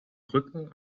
rücken